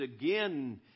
again